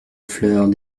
fleurs